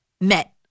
Met